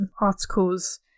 articles